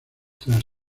tras